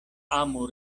amu